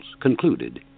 concluded